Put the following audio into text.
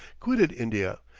quitted india,